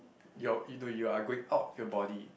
your you know you are going out of your body